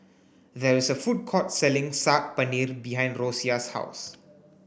there is a food court selling Saag Paneer behind Rosia's house